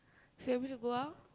so you want me to go out